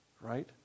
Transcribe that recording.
right